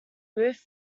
roof